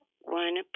one